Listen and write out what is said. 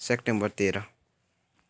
September Ter